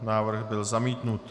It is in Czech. Návrh byl zamítnut.